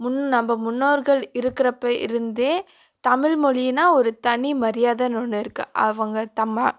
முன் நம்ம முன்னோர்கள் இருக்கிறப்ப இருந்தே தமிழ்மொழியின்னா ஒரு தனி மரியாதைன்னு ஒன்று இருக்குது அவங்க தம்ம